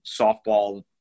softball